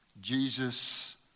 Jesus